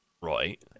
Right